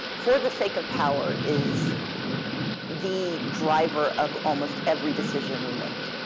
for the sake of power is the driver of almost every decision we make.